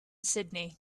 sydney